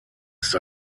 ist